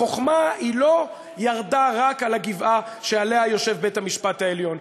החוכמה לא ירדה רק על הגבעה שעליה יושב בית-המשפט העליון,